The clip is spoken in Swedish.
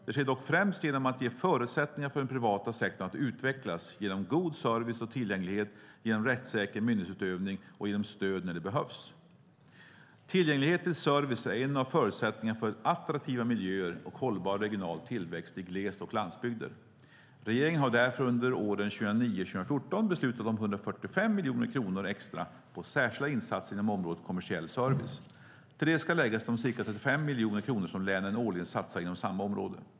Det sker dock främst genom att ge förutsättningar för den privata sektorn att utvecklas, genom god service och tillgänglighet, genom rättssäker myndighetsutövning och genom stöd när det behövs. Tillgänglighet till service är en av förutsättningarna för attraktiva miljöer och hållbar regional tillväxt i gles och landsbygder. Regeringen har därför under åren 2009-2014 beslutat om 145 miljoner kronor extra på särskilda insatser inom området kommersiell service. Till det ska läggas de cirka 35 miljoner kronor som länen årligen satsar inom samma område.